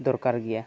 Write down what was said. ᱫᱚᱨᱠᱟᱨ ᱜᱮᱭᱟ